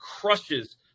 crushes